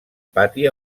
pati